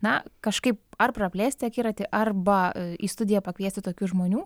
na kažkaip ar praplėsti akiratį arba į studiją pakviesti tokių žmonių